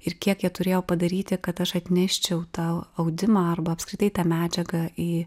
ir kiek jie turėjo padaryti kad aš atneščiau tą audimą arba apskritai tą medžiagą į